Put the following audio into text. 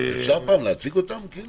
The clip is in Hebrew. אפשר פעם להציג אותם בגדול?